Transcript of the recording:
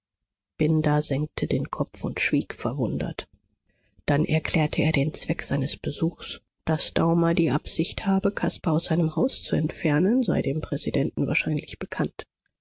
binder senkte den kopf und schwieg verwundert dann erklärte er den zweck seines besuchs daß daumer die absicht habe caspar aus seinem haus zu entfernen sei dem präsidenten wahrscheinlich bekannt